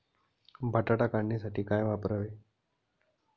बटाटा काढणीसाठी काय वापरावे?